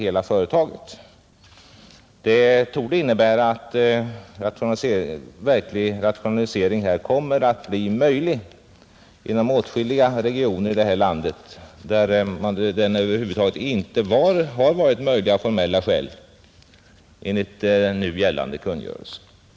Detta borde innebära goda förutsättningar att verkligen rationalisera i åtskilliga regioner där detta hittills av formella skäl enligt gällande kungörelse har varit omöjligt.